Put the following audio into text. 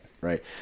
Right